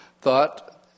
thought